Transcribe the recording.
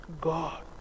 God